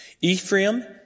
Ephraim